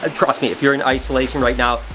ah trust me, if you're in isolation right now,